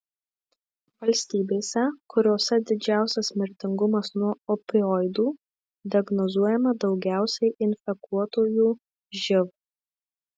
valstybėse kuriose didžiausias mirtingumas nuo opioidų diagnozuojama daugiausiai infekuotųjų živ